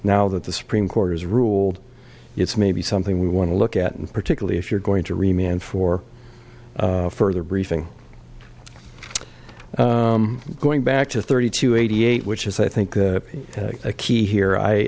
now that the supreme court has ruled it's maybe something we want to look at and particularly if you're going to remain for further briefing going back to thirty two eighty eight which is i think the key here i